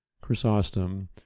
chrysostom